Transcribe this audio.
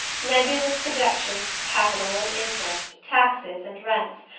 nebulous projections of capital and interest, taxes and rents,